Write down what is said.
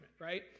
right